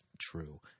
true